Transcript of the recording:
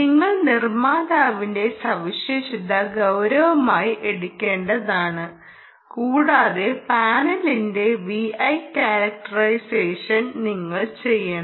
നിങ്ങൾ നിർമ്മാതാവിന്റെ സവിശേഷത ഗൌരവമായി എടുക്കേണ്ടതാണ് കൂടാതെ പാനലിന്റെ VI കാരക്റ്ററൈസേഷൻ നിങ്ങൾ ചെയ്യണം